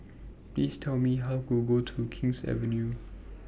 Please Tell Me How to get to King's Avenue